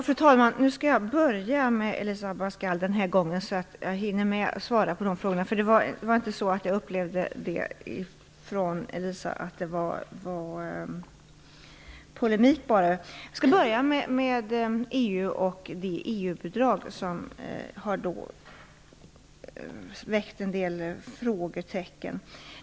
Fru talman! Jag skall börja med Elisa Abascal Reyes frågor denna gång, så att jag hinner med att svara. Jag upplevde inte att det hon sade bara var polemik. Jag skall börja med det EU-bidrag som har väckt en del frågetecken.